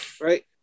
right